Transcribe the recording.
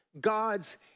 God's